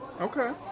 okay